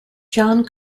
john